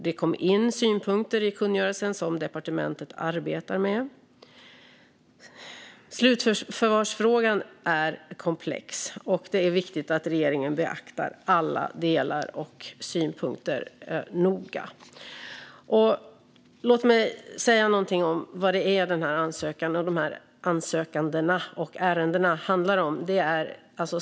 Det kom in synpunkter på kungörelsen som departementet arbetar med. Slutförvarsfrågan är komplex. Det är viktigt att regeringen beaktar alla delar och synpunkter noga. Låt mig säga någonting om vad det är som ansökningarna och ärendena handlar om.